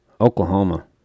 Oklahoma